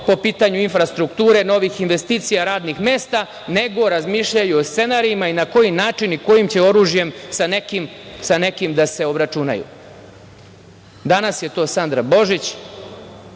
po pitanju infrastrukture, novih investicija, radnih mesta, nego razmišljaju o scenarijima i na koji način i kojim će oružjem sa nekim da se obračunaju. Danas je to Sandra Božić,